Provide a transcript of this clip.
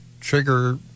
trigger